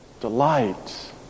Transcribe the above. delight